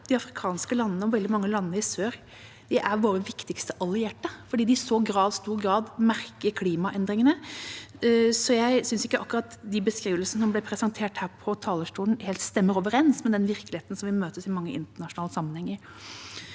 de afrikanske landene og veldig mange av landene i sør våre viktigste allierte fordi de i så stor grad merker klimaendringene. Jeg synes ikke akkurat de beskrivelsene som ble presentert her fra talerstolen, helt stemmer overens med den virkeligheten som vi møter i så mange internasjonale sammenhenger.